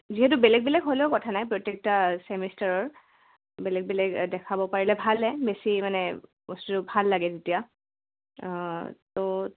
যিহেতু বেলেগ বেলেগ হ'লেও কথা নাই প্ৰত্যেকটো ছেমিষ্টাৰৰ বেলেগ বেলেগ দেখাব পাৰিলে ভালে বেছি মানে বস্তুটো ভাল লাগে তেতিয়া অঁ ত'